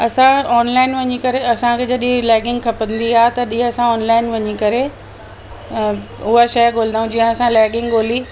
असां ऑनलाइन वञी करे असांखे जॾहिं लैगिंग खपंदी हुई तॾहिं असां ऑनलाइन वञी करे उहा शइ ॻोल्हंदा आहियूं जीअं असां लैगिंग ॻोल्ही